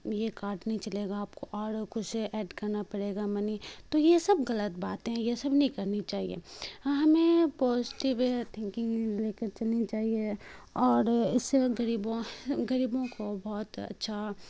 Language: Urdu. یہ کارڈ نہیں چلے گا آپ کو اور کچھ ایڈ کرنا پڑے گا منی تو یہ سب غلط باتیں ہیں یہ سب نہیں کرنی چاہیے ہاں ہمیں پوزیٹیو تھنکنگ لے کر چلنی چاہیے اور اس سے غریبوں غریبوں کو بہت اچھا